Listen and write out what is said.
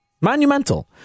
monumental